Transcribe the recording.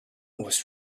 was